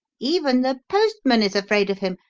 even the postman is afraid of him,